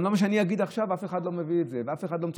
גם את מה שאני אגיד עכשיו אף אחד לא יביא ואף אחד לא יצטט.